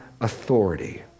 authority